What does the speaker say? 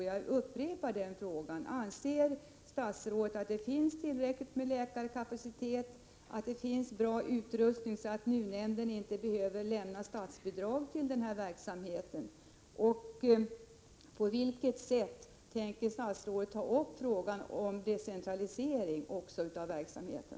Jag vill därför upprepa frågorna: Anser statsrådet att läkarkapaciteten är tillräcklig och att det finns bra utrustning, så att NUU-nämnden inte behöver lämna statsbidrag till verksamheten? På vilket sätt tänker statsrådet ta upp frågan om en decentralisering av verksamheten?